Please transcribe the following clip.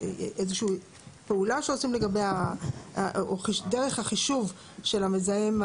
איזה שהיא פעולה שעושים לגבי או דרך החישוב של המזהם,